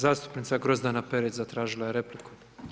Zastupnica Grozdana Perić zatražila je repliku.